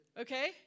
Okay